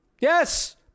Yes